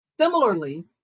Similarly